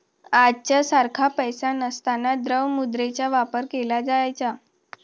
आजच्या सारखा पैसा नसताना द्रव्य मुद्रेचा वापर केला जायचा